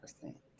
percent